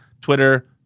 Twitter